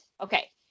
Okay